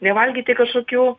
nevalgyti kažkokių